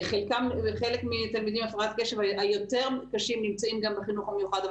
חלק מהתלמידים עם הפרעת קשב היותר מתקשים נמצאים גם בחינוך המיוחד,